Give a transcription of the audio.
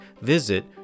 visit